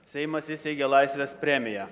seimas įsteigė laisvės premiją